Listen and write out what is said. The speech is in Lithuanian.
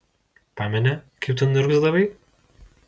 pameni kaip tu niurgzdavai